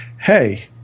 hey